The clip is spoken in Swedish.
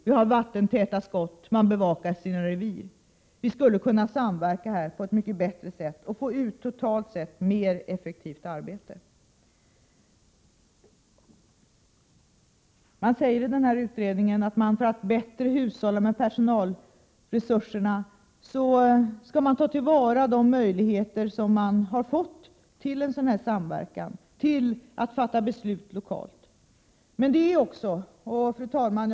Det är vattentäta skott dem emellan. Man bevakar sina revir. De borde samverka på ett mycket bättre sätt än nu, och därigenom skulle vi få ut totalt sett mer effektivt arbete. Fru talman!